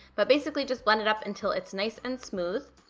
but basically, just blend it up until it's nice and smooth,